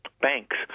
banks